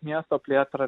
miesto plėtrą